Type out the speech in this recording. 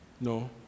No